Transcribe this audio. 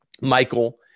Michael